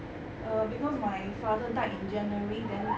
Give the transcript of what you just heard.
err because my father died in january then